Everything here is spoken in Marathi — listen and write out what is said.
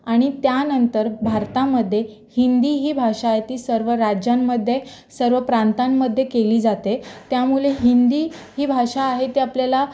आणि त्यानंतर भारतामध्ये हिंदी ही भाषा आहे ती सर्व राज्यांमध्ये सर्व प्रांतांमध्ये केली जाते त्यामुळे हिंदी ही भाषा आहे ते आपल्याला